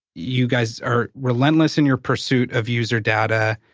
you guys are relentless in your pursuit of user data.